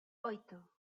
oito